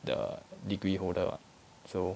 the degree holder ah so